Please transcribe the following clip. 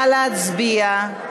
נא להצביע.